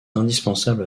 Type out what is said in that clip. indispensables